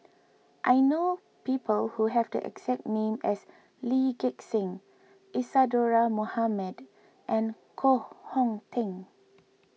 I know people who have the exact name as Lee Gek Seng Isadhora Mohamed and Koh Hong Teng